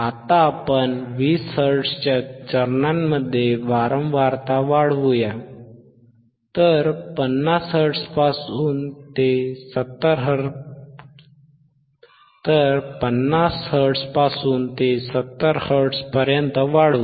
आता आपण 20 हर्ट्झच्या चरणांमध्ये वारंवारता वाढवू या तर 50 हर्ट्झ पासून ते 70 हर्ट्झपर्यंत वाढवू